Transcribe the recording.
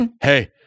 hey